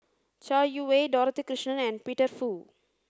Chai Yee Wei Dorothy Krishnan and Peter Fu